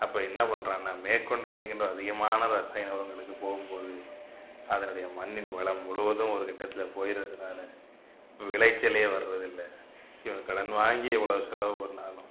அப்போ என்ன பண்ணுறானா மேற்கொண்டு மேற்கொண்டு அதிகமான இரசாயன உரங்களுக்கு போகும்போது அதனுடைய மண்ணின் வளம் முழுவதும் ஒரு கட்டத்தில் போயிடுறதுனால் விளைச்சலே வருவது இல்லை இவன் கடன் வாங்கி இவ்வளோ செலவு பண்ணாலும்